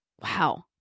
wow